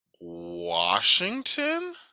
Washington